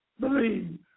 believe